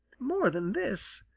more than this,